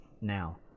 now